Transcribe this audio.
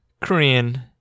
korean